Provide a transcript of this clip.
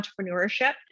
entrepreneurship